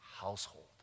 household